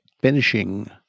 finishing